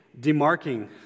demarking